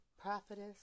prophetess